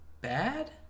bad